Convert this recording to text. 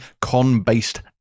con-based